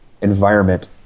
environment